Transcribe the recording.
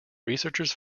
researchers